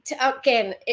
again